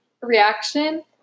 reaction